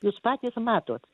jūs patys matot